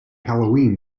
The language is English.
halloween